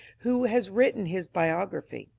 who has written his biography.